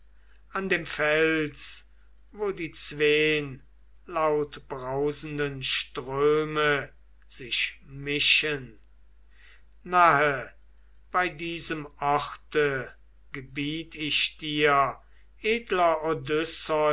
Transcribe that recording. an dem fels wo die zween lautbrausenden ströme sich mischen nahe bei diesem orte gebiet ich dir edler